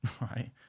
right